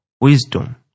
wisdom